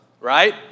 right